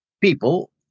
people